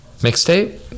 Mixtape